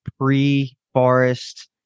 pre-Forest